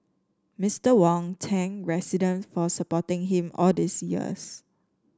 Mister Wong thank resident for supporting him all these years